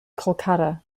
kolkata